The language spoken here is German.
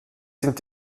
sind